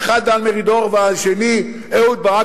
האחד דן מרידור והשני אהוד ברק,